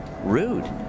rude